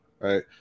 Right